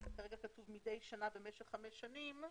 מדי שנה במשך ארבע שנים,